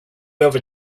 ever